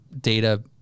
data